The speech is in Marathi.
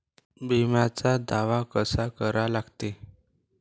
बिम्याचा दावा कसा करा लागते?